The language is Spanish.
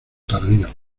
tardío